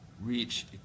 reach